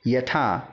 यथा